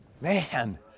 Man